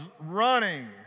running